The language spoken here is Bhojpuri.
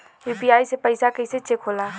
यू.पी.आई से पैसा कैसे चेक होला?